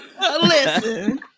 Listen